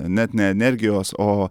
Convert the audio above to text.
net ne energijos o